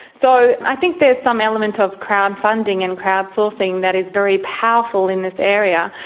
so i think there's some element of crowd-funding and crowd-sourcing that is very powerful in this area,